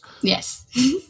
Yes